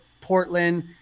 Portland